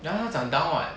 ya 他讲 down [what]